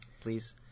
Please